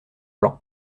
blanc